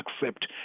accept